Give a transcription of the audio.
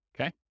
Okay